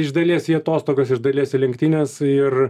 iš dalies į atostogas iš dalies į lenktynes ir